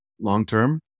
long-term